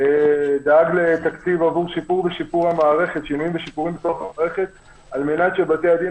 לתקציב עבור שיפור המערכת על-מנת שבתי-הדין